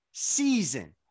Season